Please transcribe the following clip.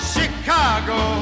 Chicago